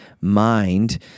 mind